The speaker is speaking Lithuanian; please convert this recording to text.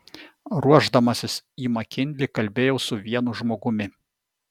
ruošdamasis į makinlį kalbėjau su vienu žmogumi